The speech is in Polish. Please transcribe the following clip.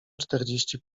czterdzieści